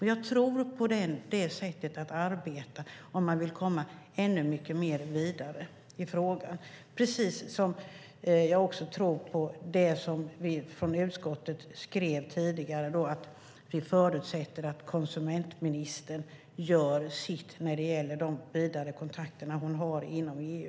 Jag tror på detta sätt att arbeta om man vill komma vidare i frågan, precis som jag också tror på det som vi i utskottet skrev tidigare om att vi förutsätter att konsumentministern gör sitt genom de vidare kontakter hon har i EU.